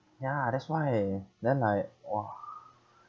ya that's why then like !wah!